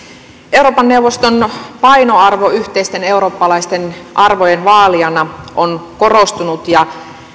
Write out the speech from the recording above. euroopan neuvoston painoarvo yhteisten eurooppalaisten arvojen vaalijana on korostunut ja